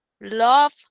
love